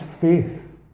faith